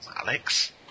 Alex